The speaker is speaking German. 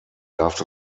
das